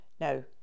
no